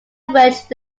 merged